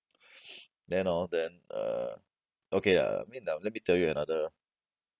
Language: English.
then hor then uh okay ah I mean uh let me tell you another